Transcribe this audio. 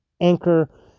Anchor